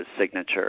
signature